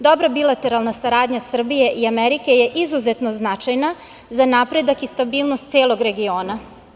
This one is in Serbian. Dobra bilateralna saradnja Srbije i Amerike je izuzetno značajna za napredak i stabilnost celog regiona.